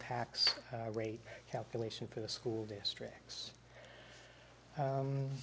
tax rate calculation for the school districts